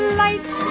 light